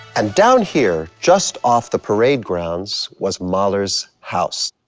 and down here, just off the parade grounds, was mahler's house.